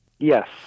Yes